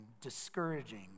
discouraging